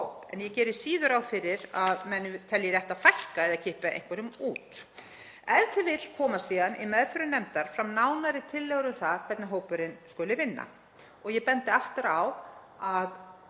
en ég geri síður ráð fyrir að menn telji rétt að fækka eða kippa einhverjum út. E.t.v. koma síðan í meðförum nefndar fram nánari tillögur um það hvernig hópurinn skuli vinna og ég bendi aftur á að